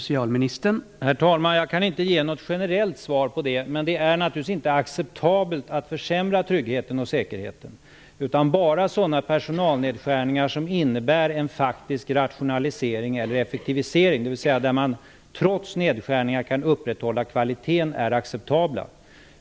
Herr talman! Jag kan inte ge något generellt svar på det, men det är naturligtvis inte acceptabelt att försämra tryggheten och säkerheten. Acceptabla är bara sådana personalnedskärningar som innebär en faktisk rationalisering eller effektivisering, dvs. då man trots nedskärningar kan upprätthålla kvaliteten.